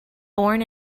born